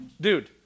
dude